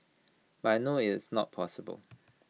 but I know IT is not possible